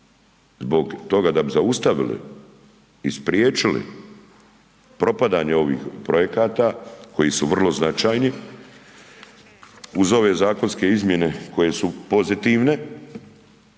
zbog toga da bi zaustavili i spriječili propadanje ovih projekata koji su vrlo značajni uz ove zakonske izmjene koje su pozitivne